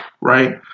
right